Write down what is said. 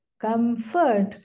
comfort